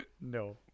No